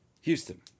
Houston